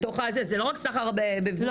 זה לא רק סחר בבני אדם.